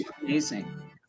amazing